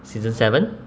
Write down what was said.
season seven